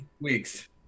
weeks